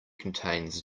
contains